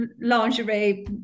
lingerie